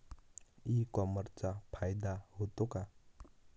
E कॉमर्सचा फायदा होतो का?